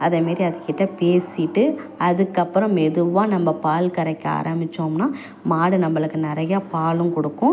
அதே மாரி அது கிட்ட பேசிட்டு அதுக்கப்புறம் மெதுவாக நம்ம பால் கறக்க ஆரம்பிச்சோம்னால் மாடு நம்மளுக்கு நிறையா பாலும் கொடுக்கும்